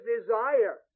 desire